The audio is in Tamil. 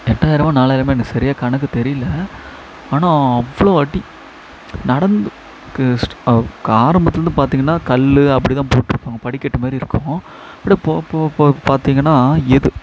எட்டாயிரமோ நாலாயிரமோ எனக்கு சரியா எனக்கு கணக்கு தெரியல ஆனால் அவ்வளோ அடி நடந்து ஆரம்பத்தில் வந்து பார்த்தீங்கன்னா கல் அப்படி தான் போட்டுருப்பாங்க படிக்கட்டு மாரி இருக்கும் அப்டியே போக போக போக பார்த்தீங்கன்னா எது